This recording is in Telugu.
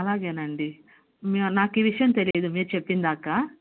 అలాగే అండి నాకు ఈ విషయం తెలియదు మీరు చెప్పేదాకా